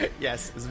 Yes